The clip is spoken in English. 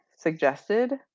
suggested